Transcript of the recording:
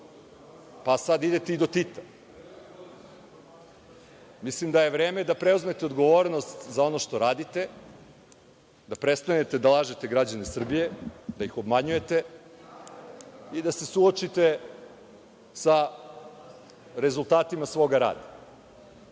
pa sad idete i do Tita. Mislim da je vreme da preuzmete odgovornost za ono što radite, da prestanete da lažete građane Srbije, da ih obmanjujete i da se suočite sa rezultatima svoga rada.